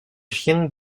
chiens